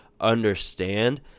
understand